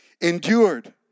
Endured